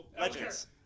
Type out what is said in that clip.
Legends